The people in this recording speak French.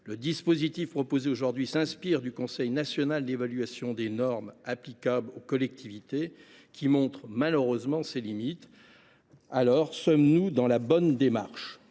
Le dispositif proposé aujourd’hui s’inspire du Conseil national d’évaluation des normes applicables aux collectivités, qui montre malheureusement ses limites. Sommes nous dès lors dans la bonne démarche ?